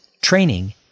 training